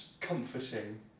comforting